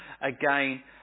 again